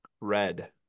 Red